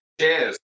Cheers